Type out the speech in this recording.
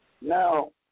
Now